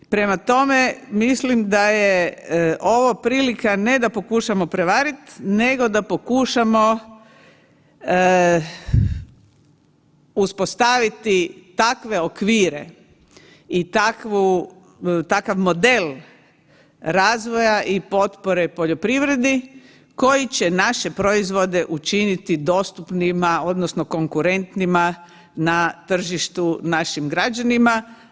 Prema tome, mislim da je ovo prilika, ne da pokušamo prevarit nego da pokušamo uspostaviti takve okvire i takav model razvoja i potpore poljoprivredi koji će naše proizvode učiniti dostupnima odnosno konkurentnima na tržištu našim građanima.